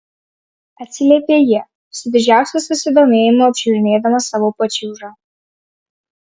atsiliepė ji su didžiausiu susidomėjimu apžiūrinėdama savo pačiūžą